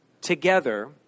together